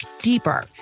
deeper